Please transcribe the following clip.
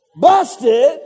busted